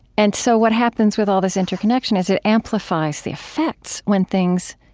and so what happens with all this interconnection is it amplifies the effects when things,